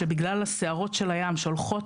שבגלל הסערות של הים שהולכות,